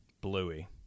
Bluey